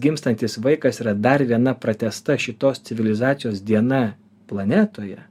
bet kiekvienas gimstantis vaikas yra dar viena pratęsta šitos civilizacijos diena planetoje